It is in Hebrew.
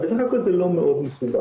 אבל בסך הכל זה לא מאוד מסובך,